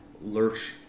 Lurch